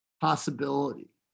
possibility